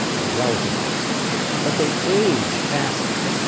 or relatively easily but they age faster.